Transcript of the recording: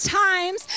times